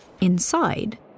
Inside